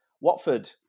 Watford